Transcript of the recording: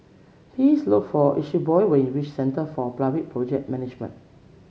please look for Eusebio when you reach Centre for Public Project Management